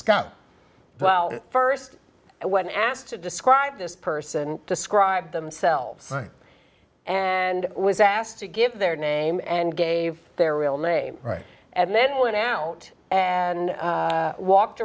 scott well st when asked to describe this person described themselves and was asked to give their name and gave their real name right and then went out and walked